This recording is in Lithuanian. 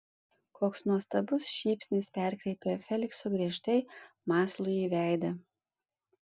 koks nuostabus šypsnys perkreipia felikso griežtai mąslųjį veidą